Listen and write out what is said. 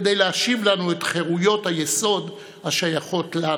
כדי להשיב לנו את חירויות היסוד השייכות לנו.